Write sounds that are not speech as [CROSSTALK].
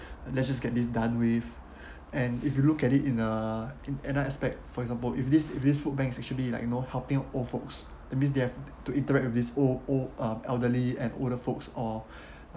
and let's just get this done with [BREATH] and if you look at it in a in another aspect for example if this if this food bank is actually like you know helping old folks that means they have to interact with this old old uh elderly and older folks or [BREATH]